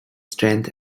strength